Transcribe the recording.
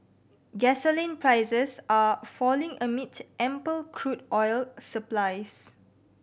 gasoline prices are falling amid ample crude oil supplies